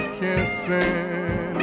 kissing